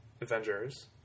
Avengers